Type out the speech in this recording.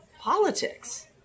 politics